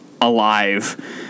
alive